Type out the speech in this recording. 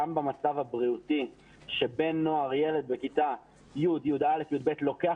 שגם במצב הבריאותי שבן נוער וילד בכיתה יא'-יב' לוקח